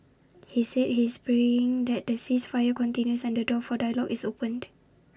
he said he is praying that the ceasefire continues and the door for dialogue is opened